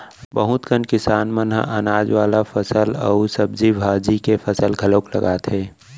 बहुत कन किसान मन ह अनाज वाला फसल अउ सब्जी भाजी के फसल घलोक लगाथे